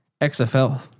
XFL